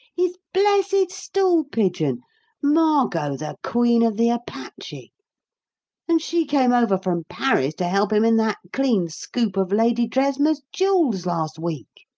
his blessed stool-pigeon margot, the queen of the apache' and she came over from paris to help him in that clean scoop of lady dresmer's jewels last week!